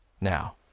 Now